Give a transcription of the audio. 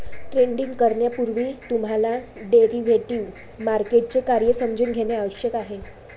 trading करण्यापूर्वी तुम्हाला derivative मार्केटचे कार्य समजून घेणे आवश्यक आहे